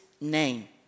name